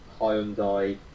Hyundai